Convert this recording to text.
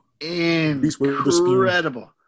incredible